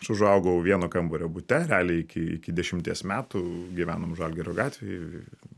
aš užaugau vieno kambario bute realiai iki iki dešimties metų gyvenom žalgirio gatvėj